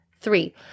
three